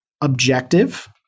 objective